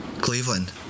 Cleveland